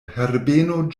herbeno